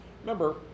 Remember